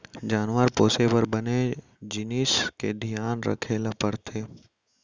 जानवर पोसे बर बने जिनिस के धियान रखे ल परथे